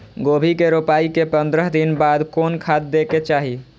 गोभी के रोपाई के पंद्रह दिन बाद कोन खाद दे के चाही?